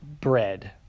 bread